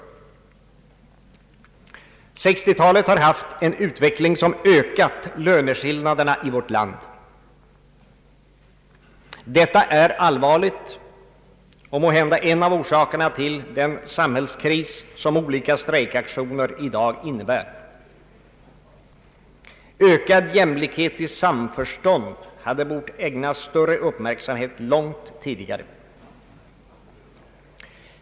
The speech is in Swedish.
1960-talets utveckling har ökat löneskillnaderna i vårt land. Detta är allvarligt och måhända en av orsakerna till den samhällskris som olika strejkaktioner i dag innebär. Ökad jämlikhet i samförstånd hade bort ägnas större uppmärksamhet långt tidigare.